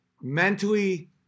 mentally